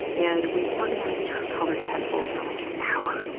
and we organized her colored pencils for like an hour.